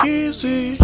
easy